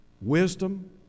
wisdom